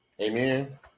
Amen